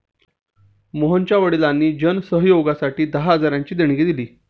मोहनच्या वडिलांनी जन सहयोगासाठी दहा हजारांची देणगी दिली